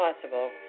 possible